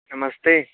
नमस्ते